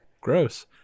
Gross